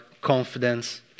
confidence